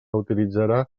utilitzarà